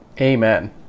Amen